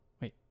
wait